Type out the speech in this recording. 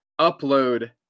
upload